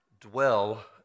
dwell